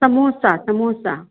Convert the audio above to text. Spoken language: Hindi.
समोसा समोसा